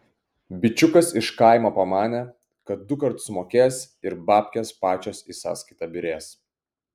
bičiukas iš kaimo pamanė kad dukart sumokės ir babkės pačios į sąskaitą byrės